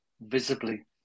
visibly